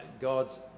God's